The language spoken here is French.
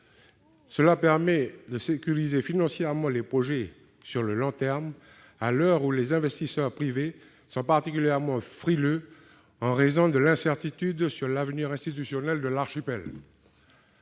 Cela permettra de sécuriser financièrement les projets sur le long terme, à l'heure où les investisseurs privés sont particulièrement frileux, en raison de l'incertitude sur l'avenir institutionnel de l'archipel.